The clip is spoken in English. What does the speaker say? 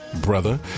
brother